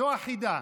זו החידה.